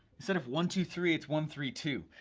instead of one, two, three, it's one, three, two.